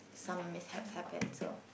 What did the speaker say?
some mishaps happens so